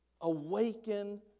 awaken